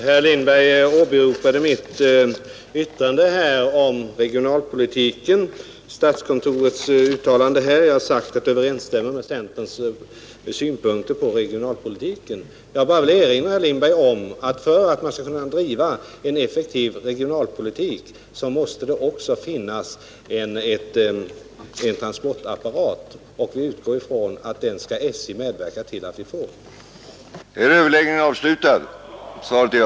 Herr talman! Herr Lindberg åberopade mitt uttalande om statskontorets yttrande beträffande regionalpolitiken. Jag har sagt att det överensstämmer med centerns synpunkter på regionalpolitiken. Jag vill bara erinra herr Lindberg om att det, för att man skall kunna driva en effektiv regionalpolitik, också måste finnas en transportapparat, och vi utgår från att SJ skall medverka till att vi får den.